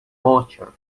boucher